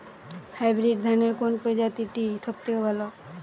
Hybrid ধানের কোন প্রজীতিটি সবথেকে ভালো?